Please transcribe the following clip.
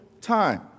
time